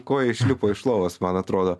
koja išlipo iš lovos man atrodo